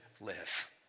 live